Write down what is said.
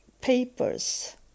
papers